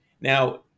Now